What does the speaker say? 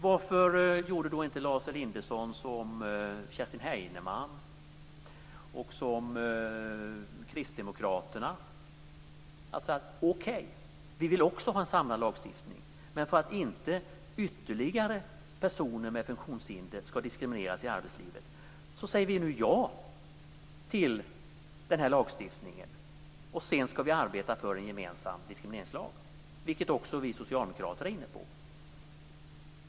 Varför gjorde inte Lars Elinderson som Kerstin Heinemann och kristdemokraterna? De sade: Okej, vi vill också ha en samlad lagstiftning. Men för att inte ytterligare personer med funktionshinder ska diskrimineras i arbetslivet säger vi nu ja till lagstiftningen, och sedan ska vi arbeta för en gemensam diskrimineringslag. Det är också vi socialdemokrater inne på.